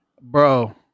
bro